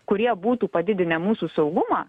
kurie būtų padidinę mūsų saugumą